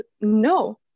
no